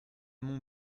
mon